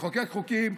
לחוקק חוקים.